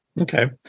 Okay